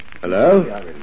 Hello